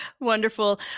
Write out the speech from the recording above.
Wonderful